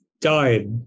died